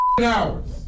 hours